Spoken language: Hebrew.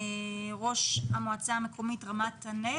ראש המועצה האזורית רמת הנגב.